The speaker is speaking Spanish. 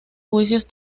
juicios